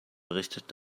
berichtet